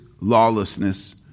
lawlessness